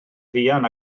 fuan